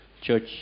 church